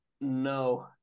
No